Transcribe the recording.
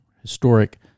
historic